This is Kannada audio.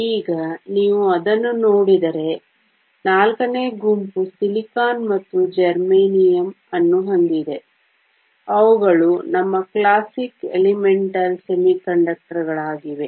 ಈಗ ನೀವು ಅದನ್ನು ನೋಡಿದರೆ ನಾಲ್ಕನೇ ಗುಂಪು ಸಿಲಿಕಾನ್ ಮತ್ತು ಜರ್ಮೇನಿಯಮ್ ಅನ್ನು ಹೊಂದಿದೆ ಅವುಗಳು ನಮ್ಮ ಕ್ಲಾಸಿಕ್ ಮೂಲಭೂತ ಅರೆವಾಹಕಗಳಾಗಿವೆ